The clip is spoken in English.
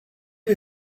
you